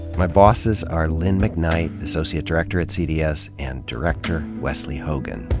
my bosses are lynn mcknight, associate director at cds, and director wesley hogan.